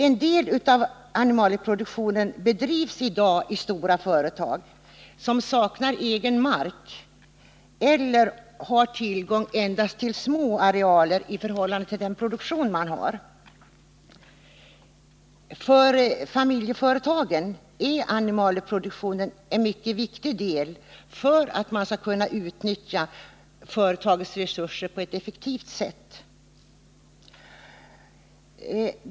En del av animalieproduktionen sker i dag i stora företag som saknar egen mark eller har tillgång endast till små arealer i förhållande till sin produktion. För familjeföretagen är animalieproduktionen en mycket viktig del för att man skall kunna utnyttja företagens resurser på ett effektivt sätt.